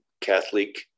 Catholic